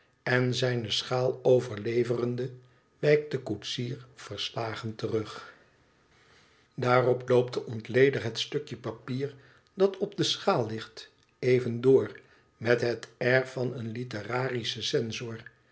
en zijne schaal overleverende wijkt de koetsier verslagen terug daarop loopt de ontleder het stukje papier dat op de schaal ligt even door met het air van een literarischen censor